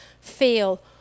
feel